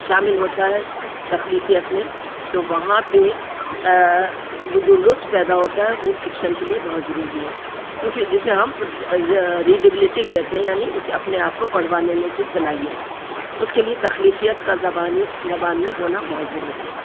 شامل ہوتا ہے تخلیقیت میں تو وہاں پہ وہ جو لطف پیدا ہوتا ہے وہ فکشن کے لیے بہت ضروری ہے کیونکہ جسے ہم ریڈیبلٹی کہتے ہیں یعنی اس اپنے آپ کو پڑھوا لینے کی صلاحیت اس کے لیے تخلیقیت کا زبانی زبان میں ہونا بہت ضروری ہے